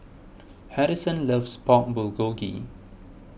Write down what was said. Harrison loves Pork Bulgogi